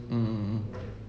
mm mm mm